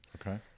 okay